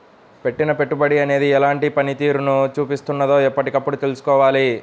పెట్టిన పెట్టుబడి అనేది ఎలాంటి పనితీరును చూపిస్తున్నదో ఎప్పటికప్పుడు తెల్సుకోవాలి